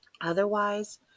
otherwise